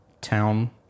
town